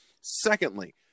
Secondly